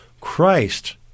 Christ